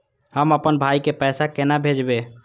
हम आपन भाई के पैसा केना भेजबे?